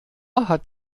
hat